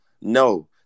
No